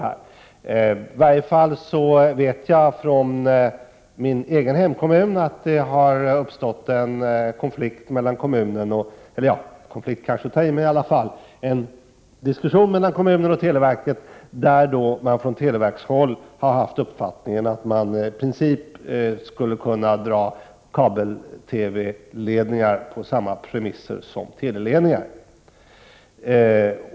Jag vet i varje fall från min hemkommun att det har uppstått en diskussion mellan kommunen och televerket, och televerket har haft uppfattningen att man i princip skulle kunna dra kabel-TV-ledningar på samma premisser som teleledningar.